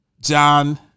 John